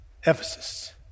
Ephesus